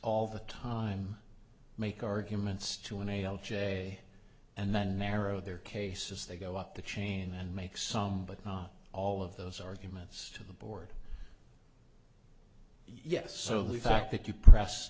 all the time make arguments to enable j and then narrow their cases they go up the chain and make some but not all of those arguments to the board yes so the fact that you press